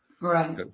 Right